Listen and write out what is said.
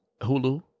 hulu